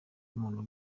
umuntu